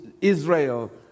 Israel